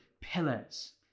pillars